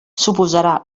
suposarà